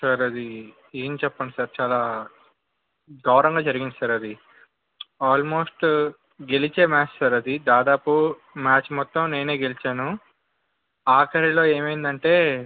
sir అది ఏం చెప్పను సార్ చాలా ఘోరంగా జరిగింది సార్ అది ఆల్మోస్ట్ గెలిచే మ్యాచ్ సార్ అది దాదాపు మ్యాచ్ మొత్తం నేనే గెలిచాను ఆఖరిలో ఏమైందంటే